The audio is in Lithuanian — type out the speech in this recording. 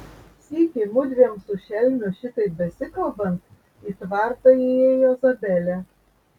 sykį mudviem su šelmiu šitaip besikalbant į tvartą įėjo zabelė